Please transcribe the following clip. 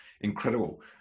incredible